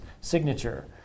signature